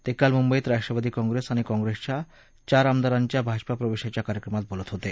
ते काल मुंबईत राष्ट्रवादी काँग्रेस आणि काँग्रेसच्या चार आमदारांच्या भाजपाप्रवेशाच्या कार्यक्रमात बोलत होते